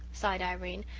sighed irene.